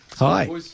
Hi